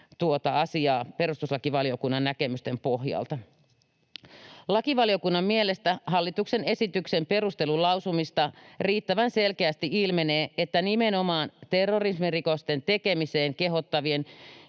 kannalta perustuslakivaliokunnan näkemysten pohjalta. Lakivaliokunnan mielestä hallituksen esityksen perustelulausumista riittävän selkeästi ilmenee, että nimenomaan terrorismirikosten tekemiseen kehottavien